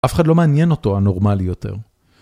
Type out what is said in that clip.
אף אחד לא מעניין אותו הנורמלי יותר.